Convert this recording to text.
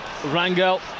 Rangel